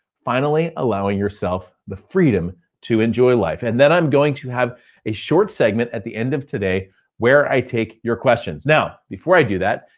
finally allowing yourself the freedom to enjoy life. and then i'm going to have a short segment at the end of today where i take your questions. now, before i do that,